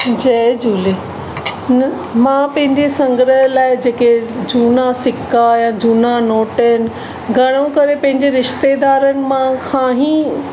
जय झूले न मां पंहिंजे संग्रह लाइ जेके झूना सिका या झूना नोट आहिनि घणो करे पंहिंजे रिश्तेदारनि मां खां ई